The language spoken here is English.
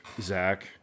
Zach